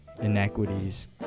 inequities